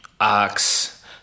Ox